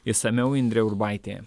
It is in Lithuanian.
išsamiau indrė urbaitė